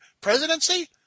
presidency